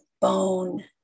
bone